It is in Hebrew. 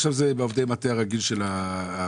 עכשיו זה בעובדי מטה הרגילים של המשרד.